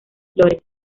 flores